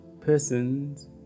persons